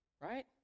right